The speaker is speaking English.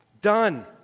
Done